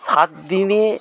সাত দিনে